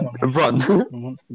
run